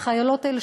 החיילות האלה,